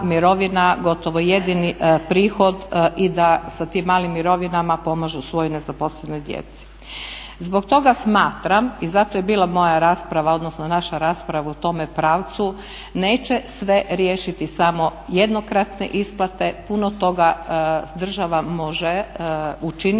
gotovo jedini prihod i da sa tim malim mirovinama pomažu svojoj nezaposlenoj djeci. Zbog toga smatram i zato je bila moja rasprava odnosno naša rasprava u tome pravcu, neće sve riješiti samo jednokratne isplate, puno toga država može učiniti